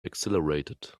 exhilarated